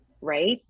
right